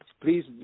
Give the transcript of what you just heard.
Please